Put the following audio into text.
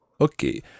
Okay